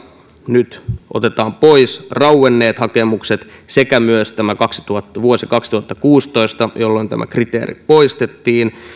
nyt otetaan pois rauenneet hakemukset sekä myös tämä vuosi kaksituhattakuusitoista jolloin tämä kriteeri poistettiin